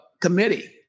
committee